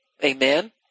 Amen